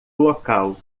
local